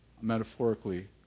Metaphorically